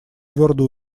твердо